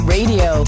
Radio